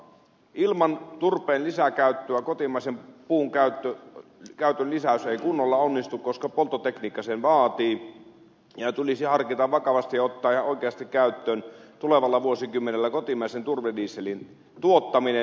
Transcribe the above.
ilman turpeen lisäkäyttöä kotimaisen puun käytön lisäys ei kunnolla onnistu koska polttotekniikka sen vaatii ja tulisi harkita vakavasti ja ottaa ihan oikeasti käyttöön tulevalla vuosikymmenellä kotimaisen turvedieselin tuottaminen